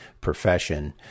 profession